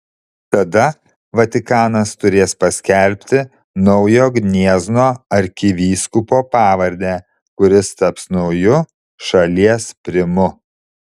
tada vatikanas turės paskelbti naujo gniezno arkivyskupo pavardę kuris taps nauju šalies primu